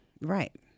Right